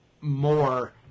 more